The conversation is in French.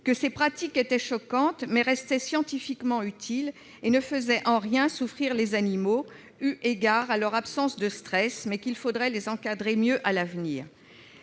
que cette pratique était choquante, mais restait scientifiquement utile et ne faisait en rien souffrir les animaux, eu égard à l'absence de stress, même s'il faudrait mieux l'encadrer à l'avenir.